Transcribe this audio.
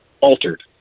altered